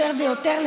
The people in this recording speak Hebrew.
יותר ויותר,